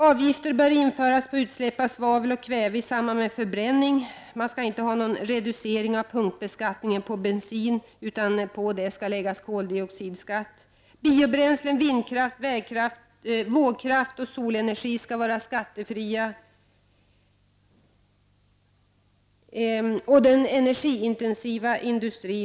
Avgifter bör införas på utsläpp av svavel och kväve i samband med förbränning. Det skall inte vara någon reducering av punktskatten på bensin, utan härpå skall läggas koldioxidskatt. Biobränslen, vindkraft, vågkraft och solenergi skall vara skattebefriade.